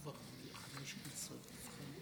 או "מתחייבת אני".